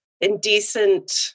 Indecent